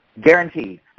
Guaranteed